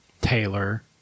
Taylor